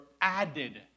added